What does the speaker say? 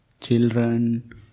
children